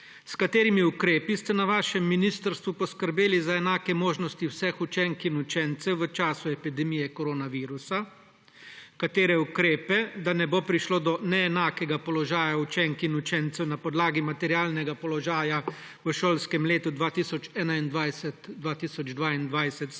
S katerimi ukrepi ste na svojem ministrstvu poskrbeli za enake možnosti vseh učenk in učencev v času epidemije koronavirusa? Katere ukrepe, da ne bo prišlo do neenakega položaja učenk in učencev na podlagi materialnega položaja v šolskem letu 2021/2022, ste